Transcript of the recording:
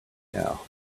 now